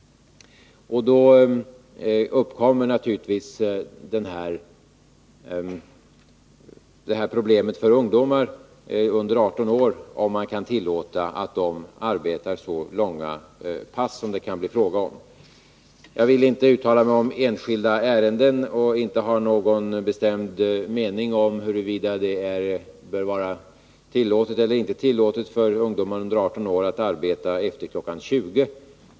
När det gäller ungdomar under 18 år uppkommer ju då problemet om man skall tillåta att de arbetar så långa pass som det kan bli fråga om. Jag vill inte uttala mig om enskilda ärenden och inte ha någon bestämd mening om huruvida det bör vara tillåtet eller inte tillåtet för ungdomar under 18 år att arbeta efter kl. 20.